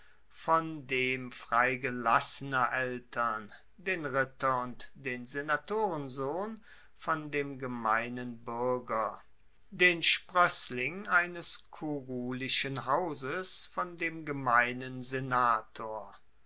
von dem freigelassener eltern den ritter und den senatorensohn von dem gemeinen buerger den sproessling eines kurulischen hauses von dem gemeinen senator